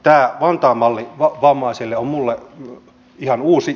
tämä vantaan malli vammaisille on minulle ihan uusi